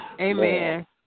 Amen